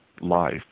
life